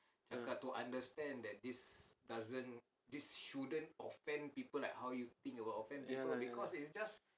ya lah